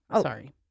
Sorry